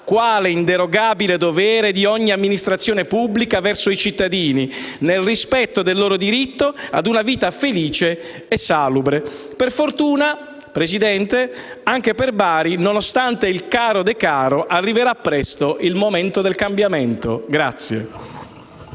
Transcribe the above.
quale inderogabile dovere di ogni amministrazione pubblica verso i cittadini, nel rispetto del loro diritto ad una vita felice e salubre. Per fortuna, signora Presidente, anche per Bari, nonostante il caro Decaro, arriverà presto il momento del cambiamento.